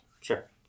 Sure